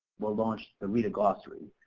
will launch the reta glossary.